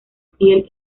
piel